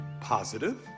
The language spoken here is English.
positive